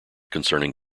concerning